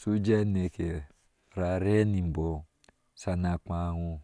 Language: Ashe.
shujee aneke. rare nobɔɔ kpa wɔɔ